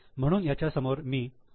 म्हणून याच्यासमोर मी ए